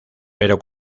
pero